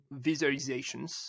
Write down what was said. visualizations